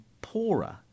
poorer